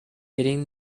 hitting